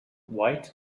white